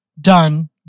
done